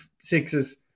sixes